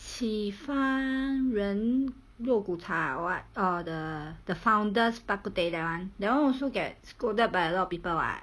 起发人肉骨茶 or what or the founder's bak kut teh that [one] that [one] also get scolded by a lot of people [what]